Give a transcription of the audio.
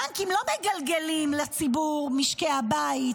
הבנקים לא מגלגלים לציבור, למשקי הבית,